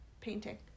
painting